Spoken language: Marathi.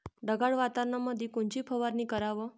ढगाळ वातावरणामंदी कोनची फवारनी कराव?